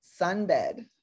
sunbed